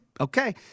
Okay